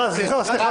--- רז, רז, סליחה.